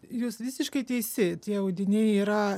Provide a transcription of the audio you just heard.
jūs visiškai teisi tie audiniai yra